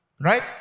Right